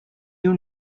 you